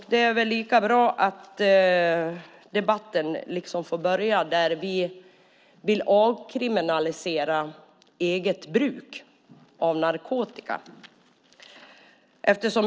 Det är väl lika bra att debatten får börja. Vi vill avkriminalisera eget bruk av narkotika.